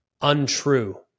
untrue